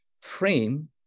frame